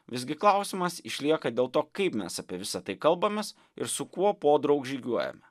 visgi klausimas išlieka dėl to kaip mes apie visa tai kalbamės ir su kuo podraug žygiuojame